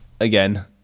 Again